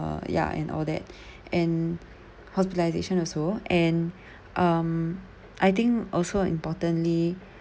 uh ya and all that and hospitalisation also and um I think also importantly